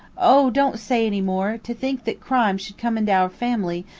o, don't say any more to think that crime should come into our family,